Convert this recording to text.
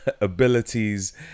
abilities